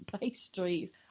pastries